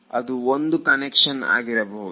ಅದು ಒಂದು ಕನ್ವೆನ್ಷನ್ ಆಗಿರಬಹುದು